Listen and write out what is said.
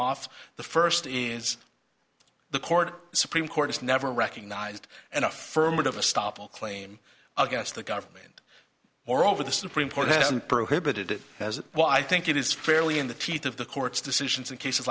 off the first is the court supreme court has never recognized an affirmative of stoppel claim against the government moreover the supreme court hasn't prohibited it as well i think it is fairly in the teeth of the court's decisions in cases